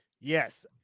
Yes